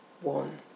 One